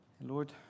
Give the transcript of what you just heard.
Lord